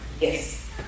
Yes